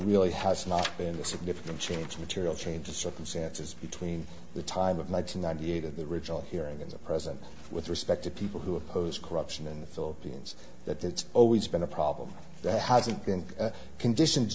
really has not been a significant change material change of circumstances between the time of nine hundred ninety eight of the original hearing and the present with respect to people who oppose corruption in the philippines that it's always been a problem that hasn't been conditions